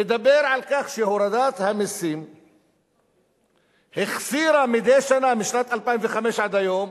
מדבר על כך שהורדת המסים החסירה מדי שנה משנת 2005 ועד היום